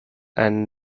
and